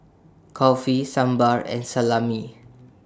Kulfi Sambar and Salami